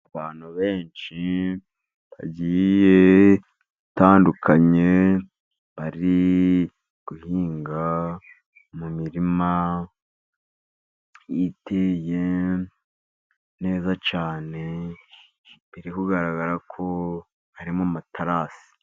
Abantu benshi bagiye batandukanye bari guhinga mu mirima , iteye neza cyane biri kugaragara ko ari mu materasi.